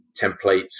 templates